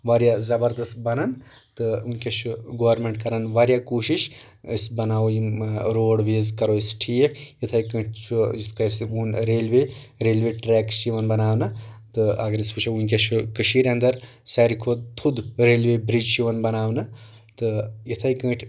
واریاہ زبردست بنان تہٕ وُنکیٚس چھُ گورنمینٹ کران واریاہ کوٗشش أسۍ بناوو یِم روڑ ویز کرو أسۍ ٹھیٖک یِتھے کٲٹھۍ چھُ یتھ کنہِ اسہِ ووٚن ریلوے ریلوے ٹریکہٕ چھِ یِوان بناونہٕ تہٕ اگر أسۍ وٕچھو وُنکیٚس چھُ کٔشیٖرِ انٛدر ساروی کھۄتہٕ تھوٚد ریلوے بریج چھُ یِوان بناونہٕ تہٕ یِتھے کٲٹھۍ